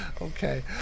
Okay